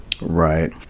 Right